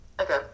Okay